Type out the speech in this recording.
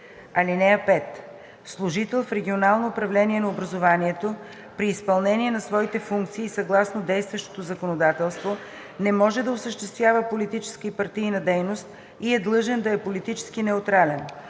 ал. 5: „(5) Служител в регионално управление на образованието при изпълнение на своите функции съгласно действащото законодателство не може да осъществява политическа и партийна дейност и е длъжен да е политически неутрален.